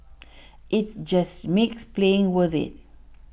it's just makes playing worthwhile